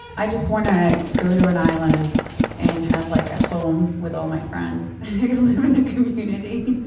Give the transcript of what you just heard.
i just want to go to an island and have like a home with all my friends, and live in the community